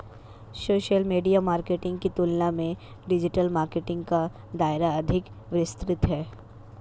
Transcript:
social media marketing की तुलना में डिजिटल मार्केटिंग का दायरा अधिक विस्तृत है